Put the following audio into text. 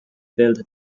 filled